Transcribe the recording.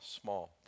small